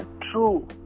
true